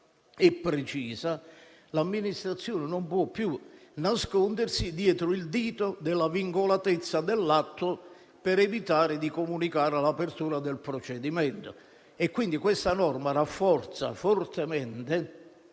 e precisa, l'amministrazione non può più nascondersi dietro il dito della vincolatezza dell'atto, per evitare di comunicare l'apertura del procedimento. Quindi, questa norma rafforza fortemente